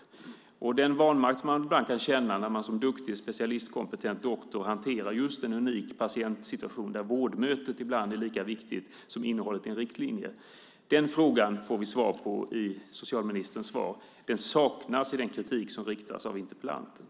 Detta med den vanmakt man kan känna när man som duktig, specialistkompetent doktor hanterar just en unik patientsituation där vårdmötet ibland är lika viktigt som innehållet i en riktlinje tas upp i socialministerns svar. Det saknas i den kritik som riktas från interpellanten.